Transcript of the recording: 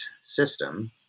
system